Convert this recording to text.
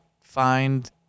find